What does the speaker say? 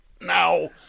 Now